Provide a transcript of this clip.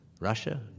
Russia